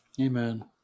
Amen